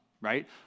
right